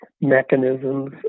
mechanisms